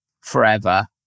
forever